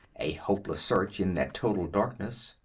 a hopeless search in that total darkness.